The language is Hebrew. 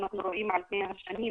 אנחנו רואים על פני השנים,